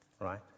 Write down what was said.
right